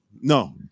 no